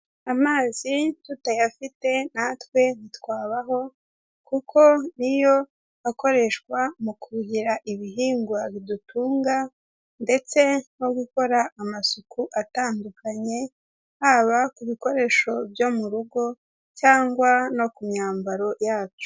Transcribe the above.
Amazi tutayafite natwe ntitwabaho kuko niyo akoreshwa mu kuhira ibihingwa bidutunga ndetse no gukora amasuku atandukanye, haba ku bikoresho byo mu rugo cyangwa no ku myambaro yacu.